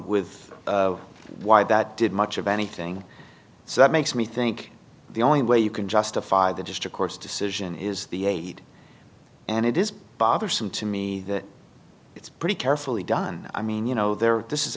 with why that did much of anything so that makes me think the only way you can justify that just a course decision is the aide and it is bothersome to me that it's pretty carefully done i mean you know there this is